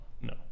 No